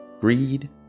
greed